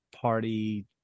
party